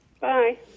Bye